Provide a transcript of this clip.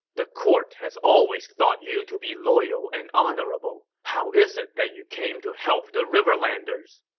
the court has always thought you to be loyal and honorable. how is it that you came to help the riverlanders?